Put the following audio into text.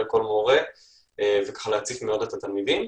לכל מורה ולהציף את התלמידים.